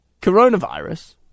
coronavirus